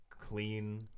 Clean